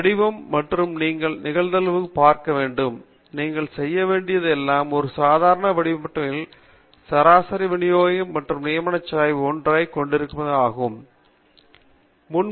வடிவம் மற்றும் நீங்கள் நிகழ்தகவுகளை பார்க்க வேண்டும் நீங்கள் செய்ய வேண்டியது எல்லாம் ஒரு சாதாரண அட்டவணையின் சராசரி விநியோகம் மற்றும் நியமச்சாய்வு 1 ஐக் கொண்டிருக்கும் ஒரு அட்டவணையைப் பார்க்க வேண்டும்